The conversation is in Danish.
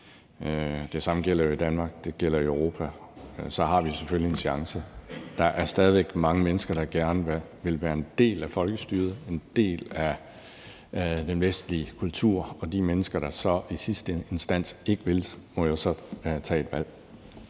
Det samme gælder jo i Danmark og i resten af Europa. Så har vi selvfølgelig en chance. Der er stadig væk mange mennesker, der gerne vil være en del af folkestyret og en del af den vestlige kultur, og de mennesker, der så i sidste instans ikke vil det, må jo så tage et valg.